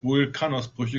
vulkanausbrüche